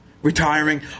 retiring